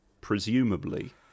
Presumably